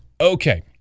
Okay